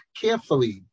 carefully